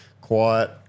quiet